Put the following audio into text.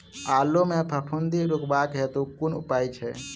आलु मे फफूंदी रुकबाक हेतु कुन उपाय छै?